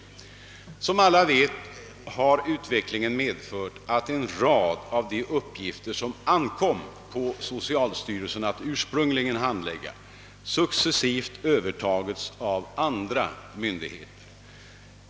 Som alla vet har utvecklingen medfört, att en rad av de uppgifter som det ursprungligen ankom på socialstyrelsen att handlägga successivt har Övertagits av andra myndigheter.